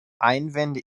einwände